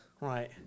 Right